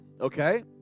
okay